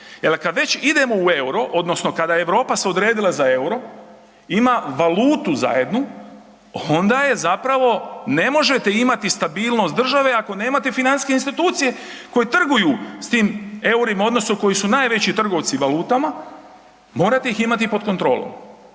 kada već idemo u euro odnosno kada se Europa odredila za euro ima valutu zajedno onda zapravo ne možete imati stabilnost države ako nemate financijske institucije koje trguju s tim eurima odnosno koji su najveći trgovci valutama, morate ih imati pod kontrolom.